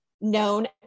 known